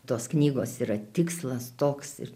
tos knygos yra tikslas toks ir